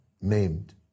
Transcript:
maimed